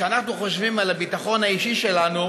כשאנחנו חושבים על הביטחון האישי שלנו